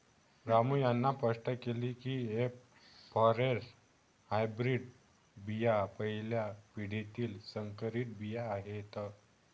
रामू यांनी स्पष्ट केले की एफ फॉरेस्ट हायब्रीड बिया पहिल्या पिढीतील संकरित बिया आहेत